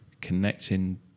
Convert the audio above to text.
connecting